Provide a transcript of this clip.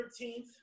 13th